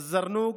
א-זרנוק,